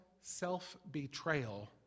self-betrayal